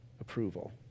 approval